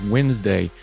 Wednesday